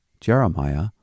Jeremiah